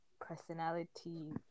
personality